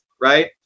right